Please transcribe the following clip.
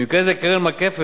במקרה זה קרן "מקפת".